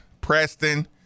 Preston